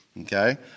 okay